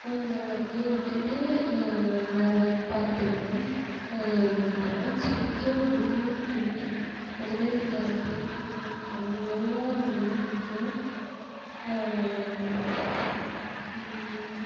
நான் அதை அப்படியே விட்டுவிட்டு வேற ஒர்க் பார்க்க போய்டுவேன் டிராயிங்ஸ் பிடிக்கும் பிடிக்கும் பிடிக்கும் அதுமாரி இந்த பெயிண்டிங் அந்தமாதிரிலாம் எனக்கு ரொம்ப பிடிக்கும்